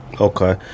Okay